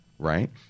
Right